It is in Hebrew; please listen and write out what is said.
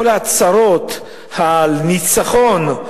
כל ההצהרות על ניצחון,